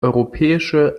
europäische